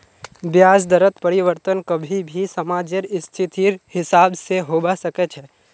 ब्याज दरत परिवर्तन कभी भी समाजेर स्थितिर हिसाब से होबा सके छे